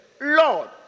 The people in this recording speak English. Lord